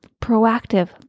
proactive